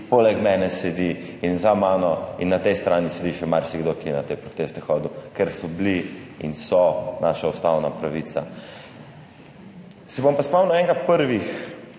poleg mene in za mano in na tej strani sedi še marsikdo, ki je na te proteste hodil, ker so bili in so naša ustavna pravica. Se bom pa spomnil enega prvih,